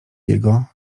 jego